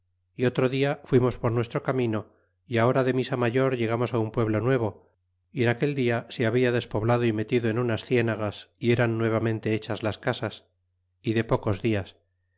ó otro dia fuimos por nuestro camino ó hora de misa mayor llegamos un pueblo nuevo y en aquel dia se habia despoblado y metido en unas cienagas y eran nuevamente hechas las casas y de pocos dias